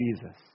Jesus